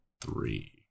three